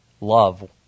love